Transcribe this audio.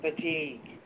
Fatigue